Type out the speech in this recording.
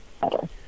better